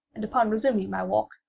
and upon resuming my walk,